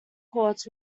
courts